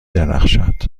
درخشد